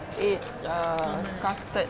it's err custard